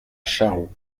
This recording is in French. charroux